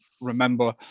remember